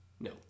no